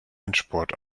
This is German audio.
endspurt